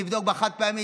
תבדוק בחד-פעמי,